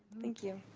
thank you.